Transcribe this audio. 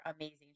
amazing